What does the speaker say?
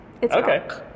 Okay